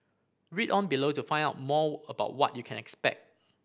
read on below to find out more about what you can expect